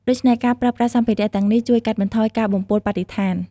ដូច្នេះ ការប្រើប្រាស់សម្ភារៈទាំងនេះជួយកាត់បន្ថយការបំពុលបរិស្ថាន។